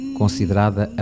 considerada